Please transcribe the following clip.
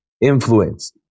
influence